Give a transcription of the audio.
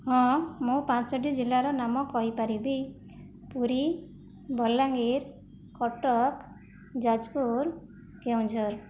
ହଁ ମୁଁ ପାଞ୍ଚୋଟି ଜିଲ୍ଲାର ନାମ କହିପାରିବି ପୁରୀ ବଲାଙ୍ଗୀର କଟକ ଯାଜପୁର କେଉଁଝର